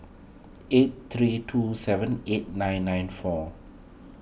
eight three two seven eight nine nine four